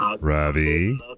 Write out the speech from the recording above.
Ravi